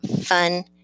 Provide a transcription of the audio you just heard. fun